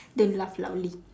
don't laugh loudly